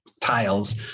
tiles